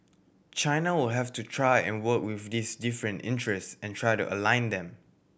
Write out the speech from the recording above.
China will have to try and work with these different interests and try to align them